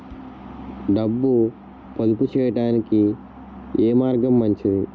డబ్బు పొదుపు చేయటానికి ఏ మార్గం మంచిది?